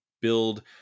build